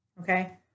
Okay